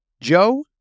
Joe